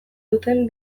duten